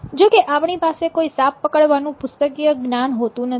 જોકે આપણી પાસે કોઈ સાપ પકડવાનું પુસ્તકીય જ્ઞાન હોતું નથી